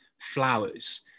flowers